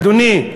אדוני,